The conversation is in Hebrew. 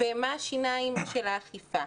אני רוצה לדעת מה השיניים של האכיפה.